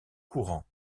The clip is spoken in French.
courant